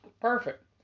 perfect